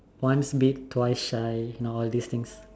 once bit twice shy you know all this things